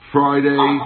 Friday